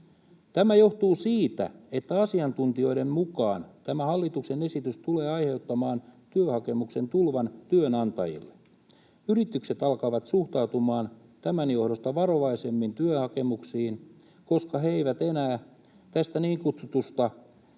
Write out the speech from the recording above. Tämä johtuu siitä, että asiantuntijoiden mukaan tämä hallituksen esitys tulee aiheuttamaan työhakemusten tulvan työnantajille. Yritykset alkavat suhtautumaan tämän johdosta varovaisemmin työhakemuksiin, koska he eivät enää tässä niin kutsutussa